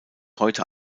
heute